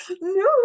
no